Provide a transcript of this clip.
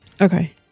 Okay